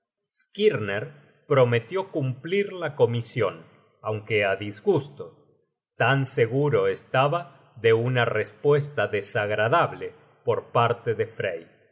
skirner prometió cumplir la comision aunque á disgusto tan seguro estaba de una respuesta desagradable por parte de frey